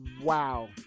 Wow